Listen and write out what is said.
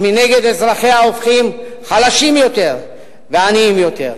מנגד אזרחיה הופכים חלשים יותר ועניים יותר?